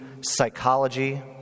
psychology